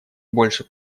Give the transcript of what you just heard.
больше